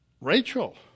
Rachel